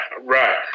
right